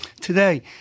today